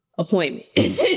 Appointment